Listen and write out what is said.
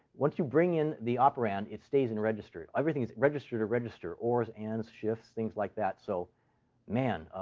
once you bring in the operand, it stays in register. everything is register to register ors, ands, shifts, things like that. so man,